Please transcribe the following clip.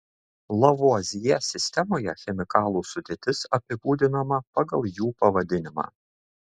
lavuazjė sistemoje chemikalų sudėtis apibūdinama pagal jų pavadinimą